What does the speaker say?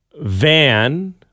Van